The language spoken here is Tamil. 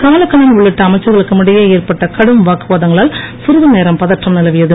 கமலக்கணன் உள்ளிட்ட அமைச்சர்களுக்கும் இடையே ஏற்பட்ட கடும் வாக்குவாதங்களால் சிறிது நேரம் பதற்றம் நிலவியது